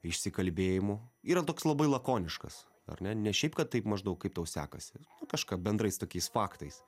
išsikalbėjimų yra toks labai lakoniškas ar ne ne šiaip kad taip maždaug kaip tau sekasi kažką bendrais tokiais faktais